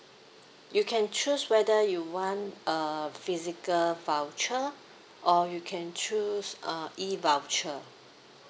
you can choose whether you want a physical voucher or you can choose uh E voucher